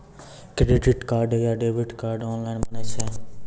Credit card या debit card online बनै छै?